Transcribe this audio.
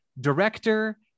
director